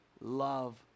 love